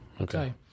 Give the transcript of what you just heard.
Okay